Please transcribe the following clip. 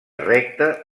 recta